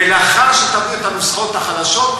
ולאחר שתביאו את הנוסחאות החדשות,